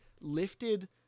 lifted